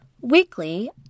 Weekly